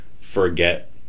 forget